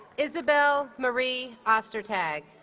isabelle marie ostertag